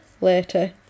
later